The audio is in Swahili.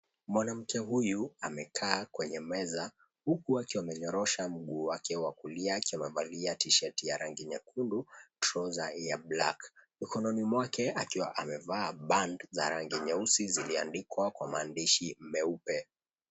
Mwanamke huyu amekaa kwenye meza huku akiwa amenyorosha mguu wake wa kulia akiwa amevalia t-shirt ya rangi nyekundu, trouser ya black . Mkononi mwake akiwa amevaa band za rangi nyeusi ziliandikwa kwa maandishi meupe.